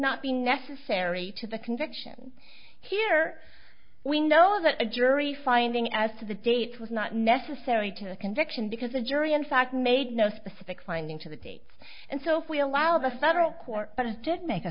not be necessary to the conviction here we know that a jury finding as to the date was not necessary to a conviction because the jury in fact made no specific finding to the dates and sophia while the federal court but it did make a